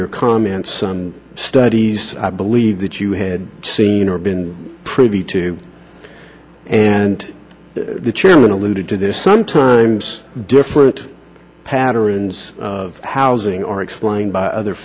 your comments and studies i believe that you had seen or been privy to and the chairman alluded to there sometimes different patterns of housing or explained by other